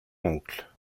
oncle